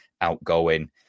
outgoing